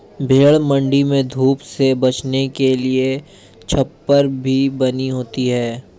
भेंड़ मण्डी में धूप से बचने के लिए छप्पर भी बनी होती है